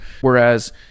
Whereas